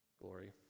glory